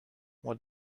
what